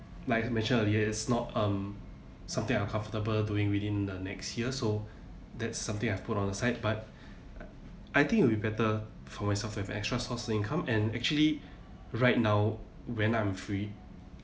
like I've mentioned earlier it's not um something I'm comfortable doing within the next year so that's something I've put on aside but I think it'll be better for myself to have an extra source of income and actually right now when I'm free